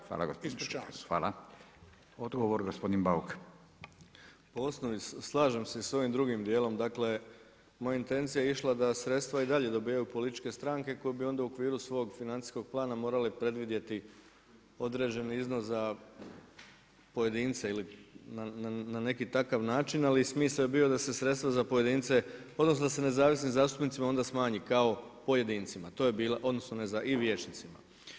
Po osnovi, slažem se sa ovim drugim djelom, dakle moja intencija je išla da sredstva i dalje dobivaju političke stranke koje bi onda u okviru svog financijskog plana morale predvidjeti određeni iznos za pojedince, ili na neki takav način, ali smisao je bio da se sredstva za pojedince odnosno da se nezavisni zastupnicima onda smanji kao pojedincima, to je bila, odnosno i vijećnicima.